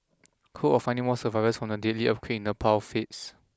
cool of finding more survivors from the deadly of queen in Nepal fades